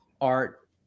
art